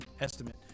estimate